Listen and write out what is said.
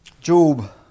Job